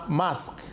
mask